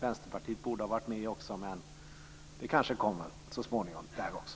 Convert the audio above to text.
Vänsterpartiet borde ha varit med, men det kanske kommer så småningom där också.